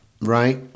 right